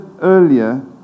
earlier